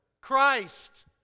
Christ